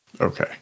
Okay